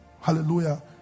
hallelujah